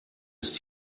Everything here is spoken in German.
ist